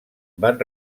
van